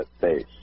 base